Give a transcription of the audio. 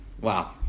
Wow